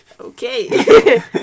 Okay